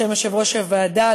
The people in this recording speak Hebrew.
בשם יושב-ראש הוועדה,